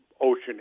ocean